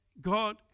God